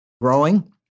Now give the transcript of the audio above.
growing